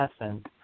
essence